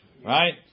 Right